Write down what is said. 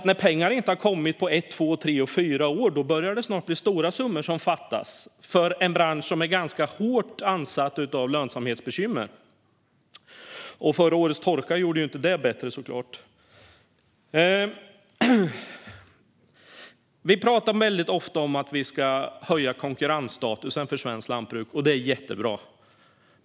När pengarna inte har kommit på ett, två, tre eller fyra år börjar det snart bli stora summor som fattas för en bransch som är ganska hårt ansatt av lönsamhetsbekymmer. Förra årets torka gjorde det inte bättre, såklart. Vi talar ofta om att vi ska höja konkurrensstatusen för svenskt lantbruk, och det är jättebra.